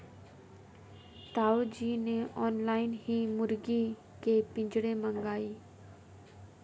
ताऊ जी ने ऑनलाइन ही मुर्गी के पिंजरे मंगाए